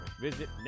Visit